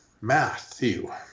Matthew